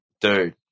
dude